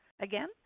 Again